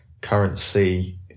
currency